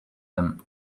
them